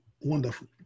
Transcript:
wonderful